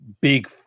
big